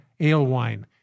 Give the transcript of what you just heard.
Alewine